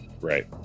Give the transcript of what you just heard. Right